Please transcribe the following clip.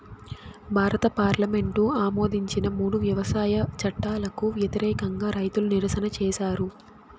భారత పార్లమెంటు ఆమోదించిన మూడు వ్యవసాయ చట్టాలకు వ్యతిరేకంగా రైతులు నిరసన చేసారు